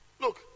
look